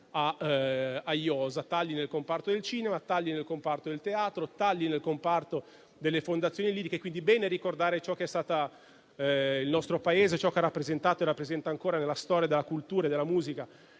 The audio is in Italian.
a iosa: tagli nel comparto del cinema, tagli nel comparto del teatro, tagli nel comparto delle fondazioni liriche. È bene ricordare ciò che è stato il nostro Paese, ciò che ha rappresentato e rappresenta ancora nella storia della cultura e della musica,